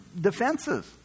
defenses